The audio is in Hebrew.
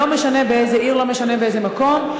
לא משנה באיזו עיר ולא משנה באיזה מקום,